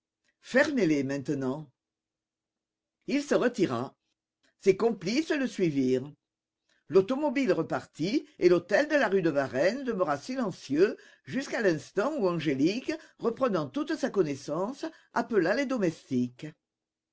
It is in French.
fermez les maintenant il se retira ses complices le suivirent l'automobile repartit et l'hôtel de la rue de varenne demeura silencieux jusqu'à l'instant où angélique reprenant toute sa connaissance appela les domestiques